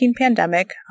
pandemic